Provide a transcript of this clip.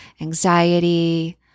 anxiety